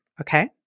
Okay